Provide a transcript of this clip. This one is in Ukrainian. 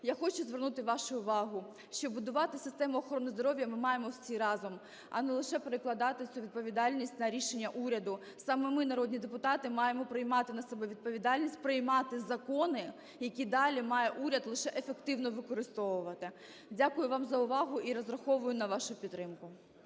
я хочу звернути вашу увагу, що будувати систему охорони здоров'я ми маємо всі разом, а не лише перекладати всю відповідальність на рішення уряду. Саме ми, народні депутати, маємо приймати на себе відповідальність, приймати закони, які далі має уряд лише ефективно використовувати. Дякую вам за увагу і розраховую на вашу підтримку.